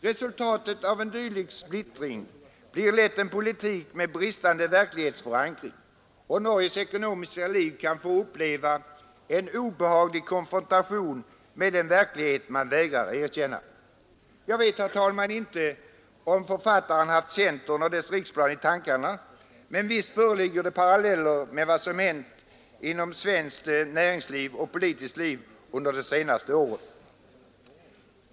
Resultatet av en dylik splittring blir lätt en politik med bristande verklighetsförankring och Norges ekonomiska liv kan få uppleva en obehaglig konfrontation med den verklighet man vägrar erkänna.” Jag vet inte om författaren haft centern och dess riksplan i tankarna, men visst finns det paralleller med vad som hänt i svenskt näringsliv och politiskt liv under det senaste året.